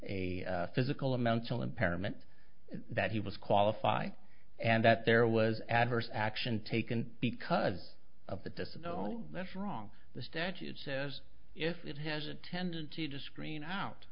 a a physical amount so impairment that he was qualified and that there was adverse action taken because of that this is no that's wrong the statute says if it has a tendency to screen out